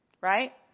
right